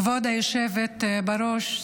כבוד היושבת-ראש,